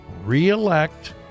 re-elect